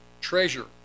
treasure